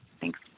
Thanks